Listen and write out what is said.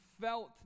felt